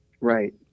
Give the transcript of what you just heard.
Right